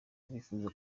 abifuza